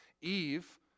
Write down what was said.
Eve